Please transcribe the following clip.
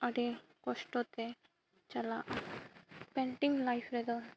ᱟᱹᱰᱤ ᱠᱚᱥᱴᱚᱛᱮ ᱪᱟᱞᱟᱜᱼᱟ ᱯᱮᱱᱴᱤᱝ ᱞᱟᱭᱤᱯᱷ ᱨᱮᱫᱚ